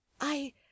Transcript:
I